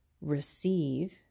receive